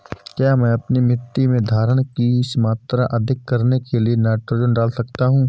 क्या मैं अपनी मिट्टी में धारण की मात्रा अधिक करने के लिए नाइट्रोजन डाल सकता हूँ?